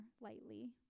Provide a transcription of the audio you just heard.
lightly